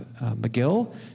McGill